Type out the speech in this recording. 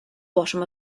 bottom